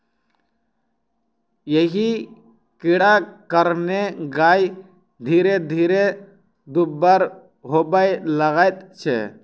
एहि कीड़ाक कारणेँ गाय धीरे धीरे दुब्बर होबय लगैत छै